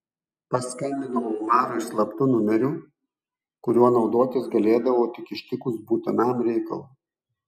paskambinau omarui slaptu numeriu kuriuo naudotis galėdavau tik ištikus būtinam reikalui